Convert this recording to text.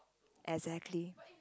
exactly